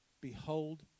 Behold